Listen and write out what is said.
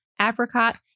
apricot